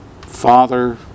father